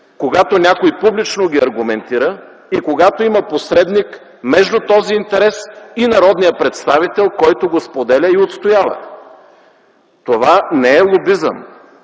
когато някой публично ги аргументира и когато има посредник между този интерес и народния представител, който го споделя и отстоява. Това не е лобизъм,